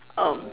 um